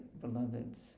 beloveds